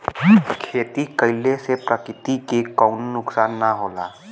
खेती कइले से प्रकृति के कउनो नुकसान ना होला